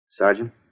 Sergeant